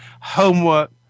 homework